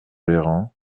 véran